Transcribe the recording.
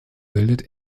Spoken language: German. bildet